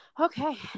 Okay